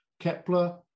Kepler